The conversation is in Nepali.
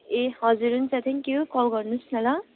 ए हजुर हुन्छ थ्याङ्क्यु कल गर्नुहोस् न ल